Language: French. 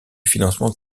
financement